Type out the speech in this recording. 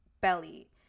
belly